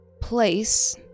place